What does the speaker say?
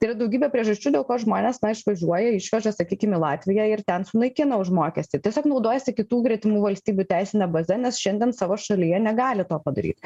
yra daugybė priežasčių dėl ko žmonės na išvažiuoja išveža sakykim į latviją ir ten sunaikina už mokestį tiesiog naudojasi kitų gretimų valstybių teisine baze nes šiandien savo šalyje negali to padaryt